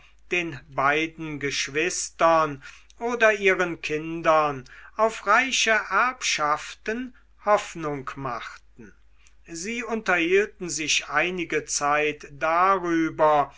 den beiden geschwistern oder ihren kindern auf reiche erbschaften hoffnung machten sie unterhielten sich einige zeit darüber